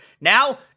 Now